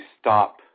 stop